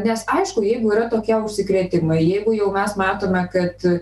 nes aišku jeigu yra tokie užsikrėtimai jeigu jau mes matome kad